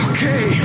Okay